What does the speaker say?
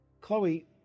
Chloe